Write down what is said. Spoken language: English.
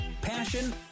Passion